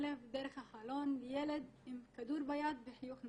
לב דרך החלון לילד עם כדור ביד וחיוך רחב,